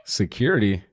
security